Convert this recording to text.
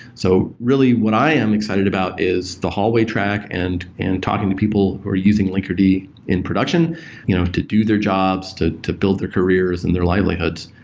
so really what i am excited about is the hallway track and and talking to people who are using linkerd in production you know to do their jobs, to to build their careers and their livelihoods.